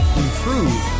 improve